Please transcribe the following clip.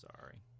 Sorry